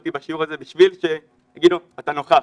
ישבתי בשיעור הזה בשביל שיגידו שאני נוכח.